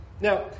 Now